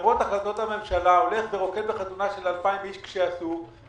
למרות החלטות הממשלה רוקד בחתונה של 2,000 אנשים כשאסור,